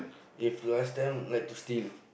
if last time like to steal